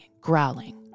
growling